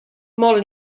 molt